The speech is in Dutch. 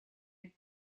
het